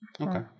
Okay